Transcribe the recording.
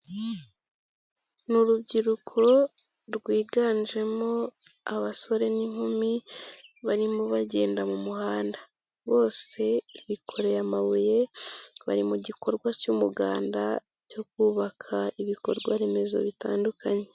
Ni urubyiruko rwiganjemo abasore n'inkumi, barimo bagenda mu muhanda. Bose bikoreye amabuye, bari mu gikorwa cy'umuganda cyo kubaka ibikorwaremezo bitandukanye.